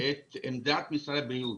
את עמדת משרד הבריאות.